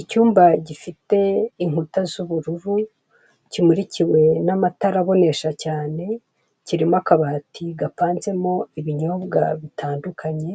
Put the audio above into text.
Icyumba gifite inkuta z'ubururu kimurikiwe n'amatara abonesha cyane kirimo akabati gapanzemo ibinyobwa bitandukanye